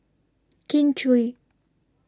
Kin Chui